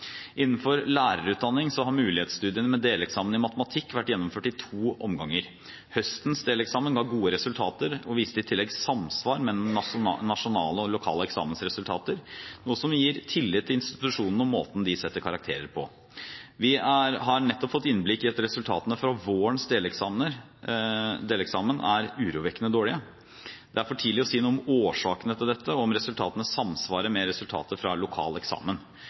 Innenfor lærerutdanning har mulighetsstudien med deleksamen i matematikk vært gjennomført i to omganger. Høstens deleksamen ga gode resultater og viste i tillegg samsvar mellom nasjonale og lokale eksamensresultater, noe som gir tillit til institusjonene og måten de setter karakterer på. Vi har nettopp fått innblikk i at resultatene fra vårens deleksamen er urovekkende dårlige. Det er for tidlig å si noe om årsakene til dette, og om resultatene samsvarer med resultater fra lokal eksamen.